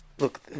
Look